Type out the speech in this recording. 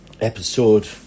episode